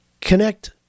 Connect